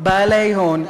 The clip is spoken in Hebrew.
בעלי הון.